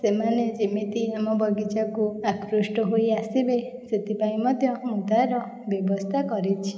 ସେମାନେ ଯେମିତି ଆମ ବଗିଚାକୁ ଆକୃଷ୍ଟ ହୋଇ ଆସିବେ ସେଥିପାଇଁ ମଧ୍ୟ ମୁଁ ତା'ର ବ୍ୟବସ୍ଥା କରିଛି